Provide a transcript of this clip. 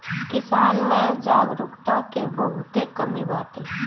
किसान में जागरूकता के बहुते कमी बाटे